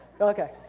Okay